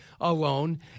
alone